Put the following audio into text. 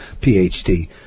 PhD